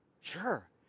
Sure